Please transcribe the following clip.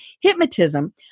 hypnotism